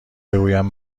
بگویم